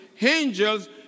Angels